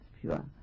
pure